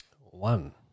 One